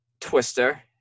Twister